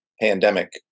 pandemic